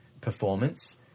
performance